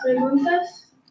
preguntas